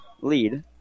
lead